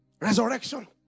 Resurrection